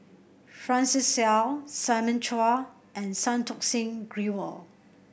Francis Seow Simon Chua and Santokh Singh Grewal